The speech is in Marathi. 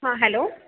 हां हॅलो